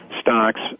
stocks